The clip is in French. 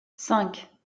cinq